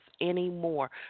anymore